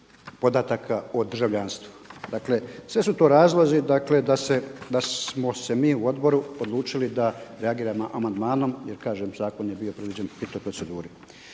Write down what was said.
podataka o državljanstvu. Dakle sve su to razlozi da smo se mi u odboru odlučili da reagiramo amandmanom jer kažem zakon je bio predviđen u hitnoj proceduri.